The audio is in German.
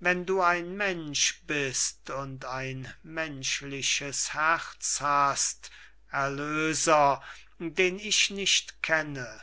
wenn du ein mensch bist und ein menschliches herz hast erlöser den ich nicht kenne